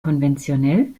konventionell